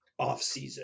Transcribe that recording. offseason